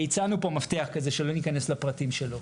הצענו פה מפתח כזה, לא ניכנס לפרטים שלו.